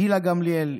גילה גמליאל,